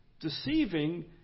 deceiving